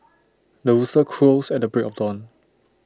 the rooster crows at the break of dawn